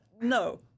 no